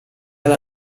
alla